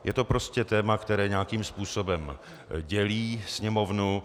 Je to prostě téma, které nějakým způsobem dělí Sněmovnu.